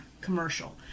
commercial